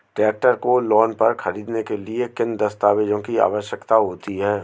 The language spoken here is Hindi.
ट्रैक्टर को लोंन पर खरीदने के लिए किन दस्तावेज़ों की आवश्यकता होती है?